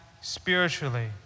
spiritually